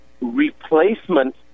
replacement